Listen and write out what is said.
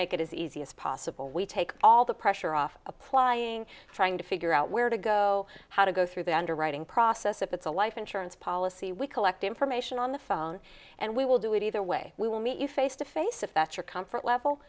make it as easy as possible we take all the pressure off applying trying to figure out where to go how to go through the underwriting process if it's a life insurance policy we collect information on the phone and we will do it either way we will meet you face to face if that's your comfort level